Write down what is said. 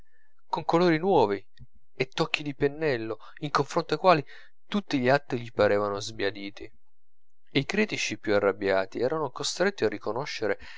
con colori nuovi e tocchi di pennello in confronto ai quali tutti gli altri gli parevano sbiaditi e i critici più arrabbiati erano costretti a riconoscere